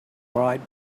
right